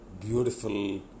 beautiful